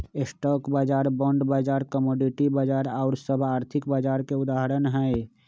stock बाजार, bond बाजार, commodity बाजार आउर सभ आर्थिक बाजार के उदाहरण हइ